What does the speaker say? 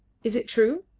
is it true?